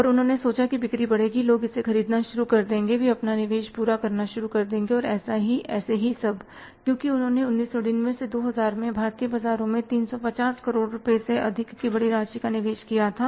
और उन्होंने सोचा कि बिक्री बढ़ेगी लोग इसे खरीदना शुरू कर देंगे और वे अपना निवेश पूरा करना शुरू कर देंगे और ऐसे ही सब क्योंकि उन्होंने 1999 2000 में भारतीय बाजारों में 350 करोड़ से अधिक की बड़ी राशि का निवेश किया था